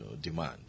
demand